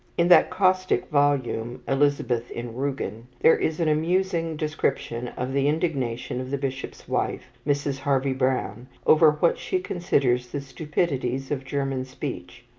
in that caustic volume, elizabeth in rugen, there is an amusing description of the indignation of the bishop's wife, mrs. harvey-browne, over what she considers the stupidities of german speech.